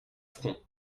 front